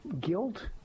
guilt